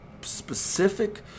specific